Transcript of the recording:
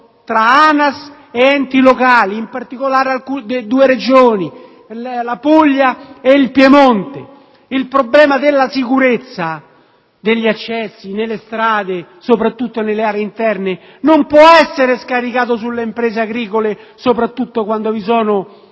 tra ANAS ed enti locali, in particolare con le Regioni Puglia e Piemonte. Il problema della sicurezza degli accessi nelle strade, soprattutto nelle aree interne, non può essere scaricato sulle imprese agricole in particolare quando ci sono